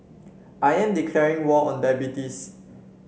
I am declaring war on diabetes